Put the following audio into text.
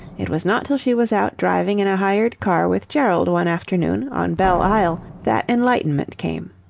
it was not till she was out driving in a hired car with gerald one afternoon on belle isle that enlightenment came.